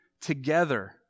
together